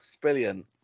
Brilliant